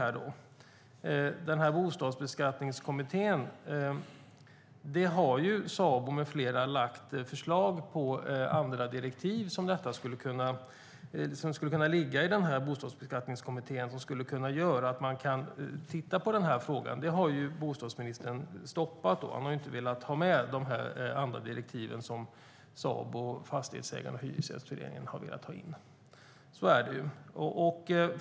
När det gäller Bostadsbeskattningskommittén har Sabo med flera lagt förslag på andra direktiv som skulle kunna ligga i Bostadsbeskattningskommittén och göra att man tittar på den frågan. Det har bostadsministern stoppat, för han har inte velat ha med de direktiv som Sabo, Fastighetsägarna och Hyresgästföreningen har velat ta in.